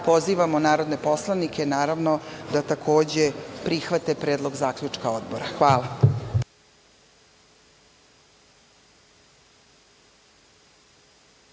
pozivamo narodne poslanike naravno, da takođe prihvate predlog zaključka Odbora. Hvala.